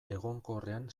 egonkorrean